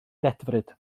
ddedfryd